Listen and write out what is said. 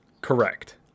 Correct